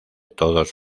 todos